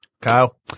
Kyle